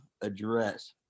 address